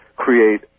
create